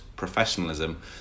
Professionalism